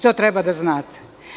To treba da znate.